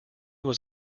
was